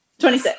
26